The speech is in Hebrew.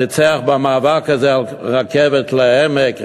ניצח במאבק הזה על רכבת לעמק,